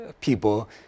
people